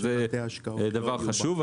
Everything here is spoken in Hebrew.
זה חשוב,